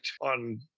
on